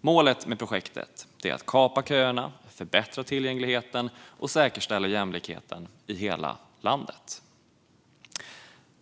Målet med projektet är att kapa köerna, förbättra tillgängligheten och säkerställa jämlikheten i hela landet.